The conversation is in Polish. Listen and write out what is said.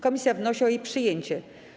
Komisja wnosi o jej przyjęcie.